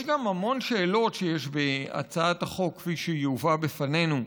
יש גם המון שאלות בהצעת החוק כפי שהיא הובאה בפנינו.